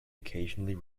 occasionally